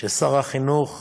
של שר החינוך